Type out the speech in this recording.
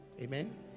Amen